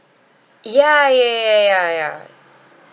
ya ya ya ya